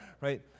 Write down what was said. right